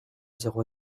zéro